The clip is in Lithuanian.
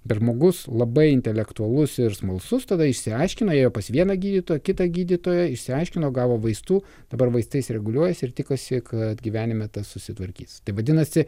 bet žmogus labai intelektualus ir smalsus tada išsiaiškina ėjo pas vieną gydytoją kitą gydytoją išsiaiškino gavo vaistų dabar vaistais reguliuojasi ir tikisi kad gyvenime tas susitvarkys tai vadinasi